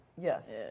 Yes